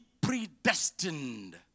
predestined